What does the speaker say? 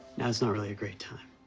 now is not really a great time.